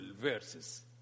verses